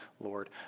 Lord